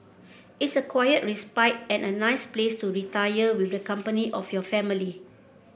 it's a quiet respite and a nice place to retire with the company of your family